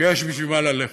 שיש בשביל מה ללכת.